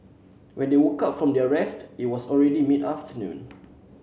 when they woke up from their rest it was already mid afternoon